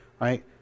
Right